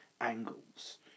angles